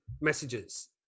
messages